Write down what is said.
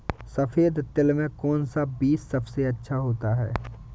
सफेद तिल में कौन सा बीज सबसे अच्छा होता है?